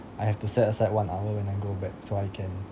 I have to set aside one hour when I go back so I can